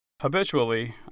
Habitually